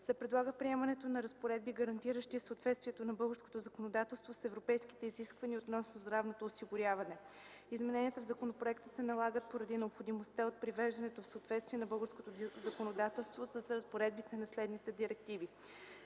се предлага приемането на разпоредби, гарантиращи съответствието на българското законодателство с европейските изисквания относно здравното осигуряване. Измененията в законопроекта се налагат поради необходимостта от привеждане в съответствие на българското законодателство с разпоредбите на следните директиви: